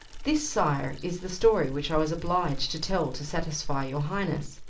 this, sire, is the story which i was obliged to tell to satisfy your highness.